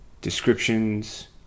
descriptions